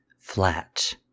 flat